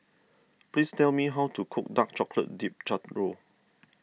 please tell me how to cook Dark Chocolate Dipped Churro